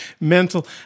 mental